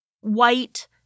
white